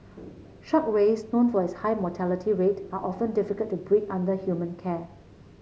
shark rays known for its high mortality rate are often difficult to breed under human care